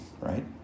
right